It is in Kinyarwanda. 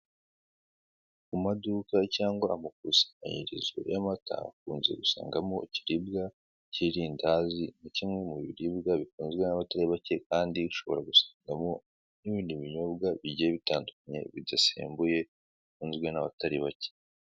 Mu maduka cyangwa amakuranyirizo y'amata ukunze gusangamo ikiribwa, k'irindazi ni kimwe mu biribwa bikunzwe n'abatari bake kandi ushobora gusangamo n'ibindi binyobwa bigiye bitandukanye bidasembuye bikinzwe n'abatari bake.